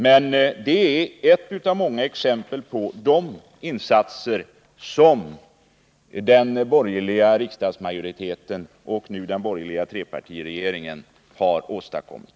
Men det är ett av många exempel på de insatser som den borgerliga riksdagsmajoriteten, och nu den borgerliga trepartiregeringen, har åstadkommit.